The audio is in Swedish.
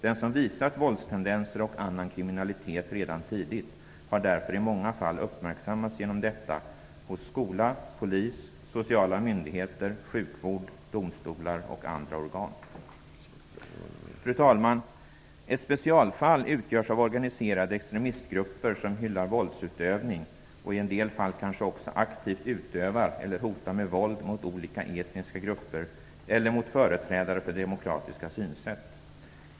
Den som visat våldstendenser och annan kriminalitet redan tidigt har därför i många fall uppmärksammats genom detta hos skolan, polis, sociala myndigheter, sjukvården, domstolar och andra organ. Fru talman! Ett specialfall utgörs av organiserade extremistgrupper som hyllar våldsutövning och i en del fall kanske också aktivt utövar eller hotar med våld mot olika etniska grupper eller mot företrädare för demokratiska synsätt.